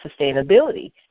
sustainability